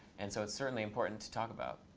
and so it's certainly important to talk about.